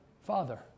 father